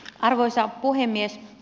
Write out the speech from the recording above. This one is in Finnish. arvoisa puhemies